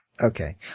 Okay